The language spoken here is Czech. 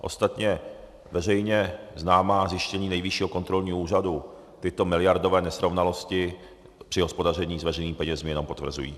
Ostatně veřejně známá zjištění Nejvyššího kontrolního úřadu tyto miliardové nesrovnatelnosti při hospodaření s veřejnými penězi to jenom potvrzují.